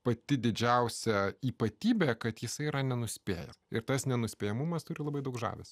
pati didžiausia ypatybė kad jisai yra nenuspėja ir tas nenuspėjamumas turi labai daug žavesio